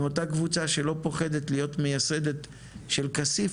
עם אותה קבוצה שלא פוחדת להיות מייסדת של כסיף,